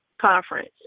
conference